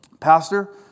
Pastor